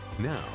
Now